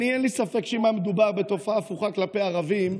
אין לי ספק שאם היה מדובר בתופעה הפוכה כלפי ערבים,